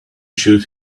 shoot